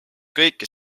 kõike